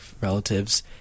relatives